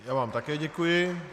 Já vám také děkuji.